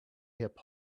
hip